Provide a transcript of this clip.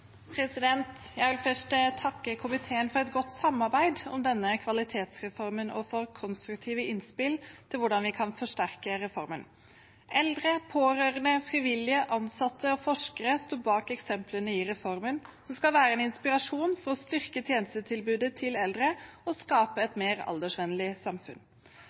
Jeg vil først takke komiteen for et godt samarbeid om denne kvalitetsreformen og for konstruktive innspill til hvordan vi kan forsterke den. Eldre, pårørende, frivillige, ansatte og forskere står bak eksemplene i reformen, som skal være en inspirasjon for å styrke tjenestetilbudet til eldre og skape et mer aldersvennlig samfunn.